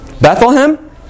Bethlehem